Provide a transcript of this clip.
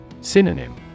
Synonym